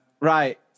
Right